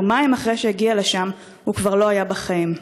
יומיים אחרי שהגיע לשם הוא כבר לא היה בחיים.